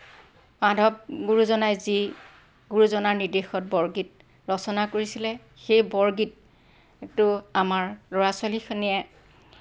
মাধৱ গুৰুজনাই যি গুৰুজনাৰ নিৰ্দেশত বৰগীত ৰচনা কৰিছিলে সেই বৰগীতটো আমাৰ ল'ৰা ছোৱালীখিনিয়ে